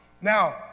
Now